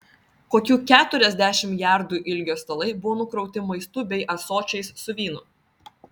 kokių keturiasdešimt jardų ilgio stalai buvo nukrauti maistu bei ąsočiais su vynu